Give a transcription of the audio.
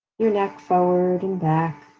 your neck forward and back,